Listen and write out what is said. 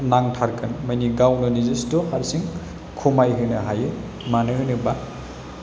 नांथारगोन मानि गावनो नेजेस्थ' हारसिं खमायहोनो हायो मानो होनोबा